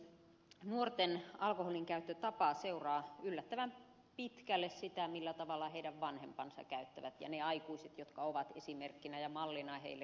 nuorten alkoholinkäyttötapa seuraa yllättävän pitkälle sitä millä tavalla alkoholia käyttävät heidän vanhempansa ja ne muut aikuiset jotka ovat esimerkkinä ja mallina heille